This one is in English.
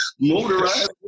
Motorized